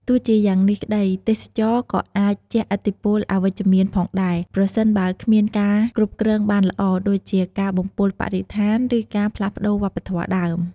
ទោះជាយ៉ាងនេះក្តី ទេសចរណ៍ក៏អាចជះឥទ្ធិពលអវិជ្ជមានផងដែរ ប្រសិនបើគ្មានការគ្រប់គ្រងបានល្អ ដូចជាការបំពុលបរិស្ថាន ឬការផ្លាស់ប្តូរវប្បធម៌ដើម។